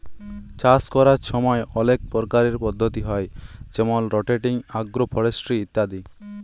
চাষ ক্যরার ছময় অলেক পরকারের পদ্ধতি হ্যয় যেমল রটেটিং, আগ্রো ফরেস্টিরি ইত্যাদি